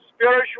spiritual